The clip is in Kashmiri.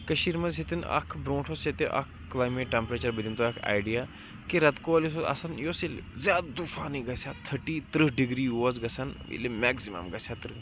کٔشیٖرِ منٛز ییٚتیٚن اَکھ برونٛٹھ اوس ییٚتہِ اَکھ کلایمیٹ ٹیمپریچَر بہٕ دِمہٕ تۄہہِ اَکھ آیڈیا کہِ ریتہٕ کول یُس اوس آسان یہِ ییٚلہِ زیادٕ طوٗفانٕے گژھِ ہا تھٔٹی تٕرٛہ ڈِگری اوس گژھان ییٚلہِ میگزِمَم گژھِ ہا تٕرٛہ